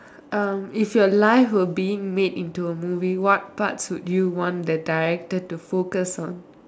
um if your life were being made into a movie what parts would you want the director to focus on